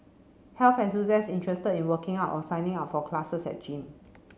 health enthusiasts interested in working out or signing up for classes at gym